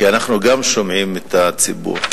כי גם אנחנו שומעים את הציבור,